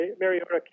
Mariota